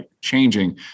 changing